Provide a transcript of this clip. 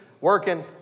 working